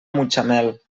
mutxamel